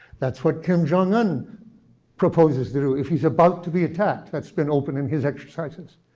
that's what kim jong un proposes to do if he's about to be attacked. that's been open in his exercises.